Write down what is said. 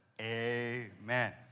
amen